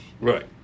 Right